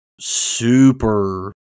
super